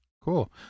Cool